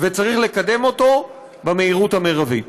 וצריך לקדם אותו במהירות המרבית.